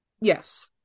Yes